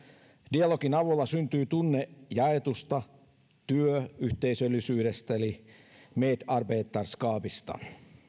dialogin avulla syntyy tunne jaetusta työyhteisöllisyydestä eli medarbetarskapista